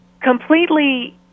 completely